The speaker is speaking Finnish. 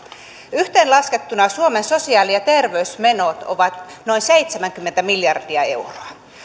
yhteenlaskettuna suomen sosiaali ja terveysmenot ovat noin seitsemänkymmentä miljardia euroa